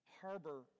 harbor